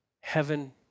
heaven